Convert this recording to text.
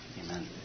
Amen